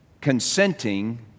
consenting